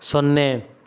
ಸೊನ್ನೆ